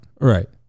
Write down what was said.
Right